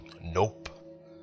nope